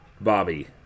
Bobby